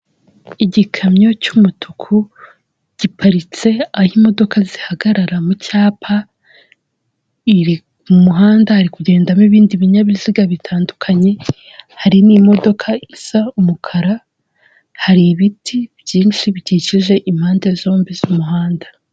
Igikamyo cy'umutuku giparitse aho imodoka zihagarara mu cyapa, iri mu muhanda hari kugendamo ibindi binyabiziga bitandukanye, hari n'imodoka isa umukara, hari ibiti byinshi bikikije impande zombi z'umuhanda.